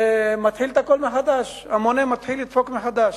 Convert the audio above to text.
ומתחיל הכול מחדש, המונה מתחיל לדפוק מחדש.